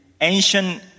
ancient